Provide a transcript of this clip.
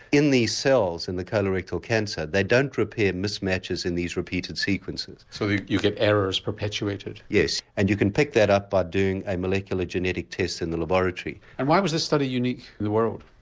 in these cells in the colorectal cancer they don't repair mismatches in these repeated sequences. so you get errors perpetuated? yes and you can pick that up by doing a molecular genetic test in the laboratory. and why was this study unique in the world?